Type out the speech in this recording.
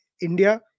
India